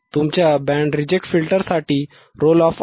तुमच्या band reject फिल्टरसाठी roll off आहे